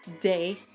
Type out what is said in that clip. day